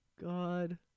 God